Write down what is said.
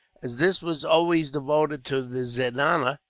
as this was always devoted to the zenana,